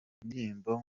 indirimbo